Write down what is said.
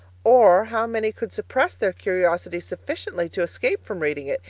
or how many could suppress their curiosity sufficiently to escape from reading it,